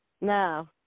No